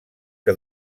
que